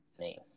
name